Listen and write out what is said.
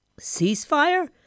Ceasefire